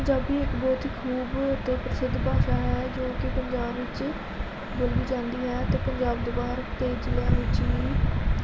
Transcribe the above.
ਪੰਜਾਬੀ ਇੱਕ ਬਹੁਤ ਹੀ ਖੂਬ ਅਤੇ ਪ੍ਰਸਿੱਧ ਭਾਸ਼ਾ ਹੈ ਜੋ ਕਿ ਪੰਜਾਬ ਵਿੱਚ ਬੋਲੀ ਜਾਂਦੀ ਹੈ ਅਤੇ ਪੰਜਾਬ ਦੇ ਬਾਹਰ ਕਈ ਜ਼ਿਲ੍ਹਿਆਂ ਵਿੱਚ ਵੀ